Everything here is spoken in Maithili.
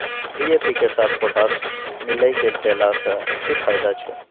डी.ए.पी के साथ पोटास मिललय के देला स की फायदा छैय?